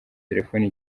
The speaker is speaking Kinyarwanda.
telefone